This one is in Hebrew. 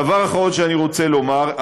דבר אחרון שאני רוצה לומר,